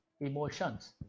emotions